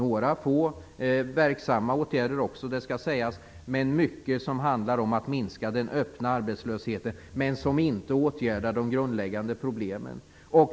Det skall sägas att där också finns några få verksamma åtgärder, men mycket handlar om att minska den öppna arbetslösheten, något som inte åtgärdar de grundläggande problemen.